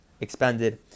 expanded